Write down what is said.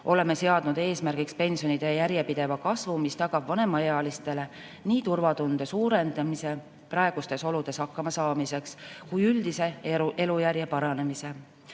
Oleme seadnud eesmärgiks pensionide järjepideva kasvu, mis tagab vanemaealistele nii turvatunde suurendamise praegustes oludes hakkama saamiseks kui ka üldise elujärje paranemise.